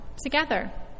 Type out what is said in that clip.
together